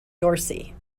dorsey